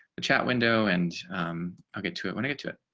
the chat window and i'll get to it when i get to it.